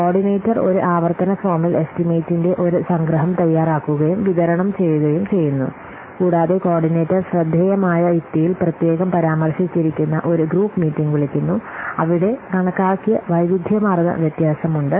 coordinator ഒരു ആവർത്തന ഫോമിൽ എസ്റ്റിമേറ്റിന്റെ ഒരു സംഗ്രഹം തയ്യാറാക്കുകയും വിതരണം ചെയ്യുകയും ചെയ്യുന്നു കൂടാതെ കോർഡിനേറ്റർ ശ്രദ്ധേയമായ യുക്തിയിൽ പ്രത്യേകം പരാമർശിച്ചിരിക്കുന്ന ഒരു ഗ്രൂപ്പ് മീറ്റിംഗ് വിളിക്കുന്നു അവിടെ കണക്കാക്കിയ വൈവിധ്യമാർന്ന വ്യത്യാസമുണ്ട്